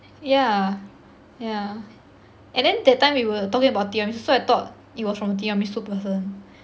yeah yeah and then that time we were talking about tiramisu so thought it was from tiramisu person